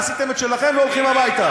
עשיתם את שלכם והולכים הביתה.